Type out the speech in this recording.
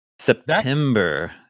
September